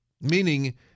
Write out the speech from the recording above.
Meaning